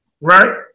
right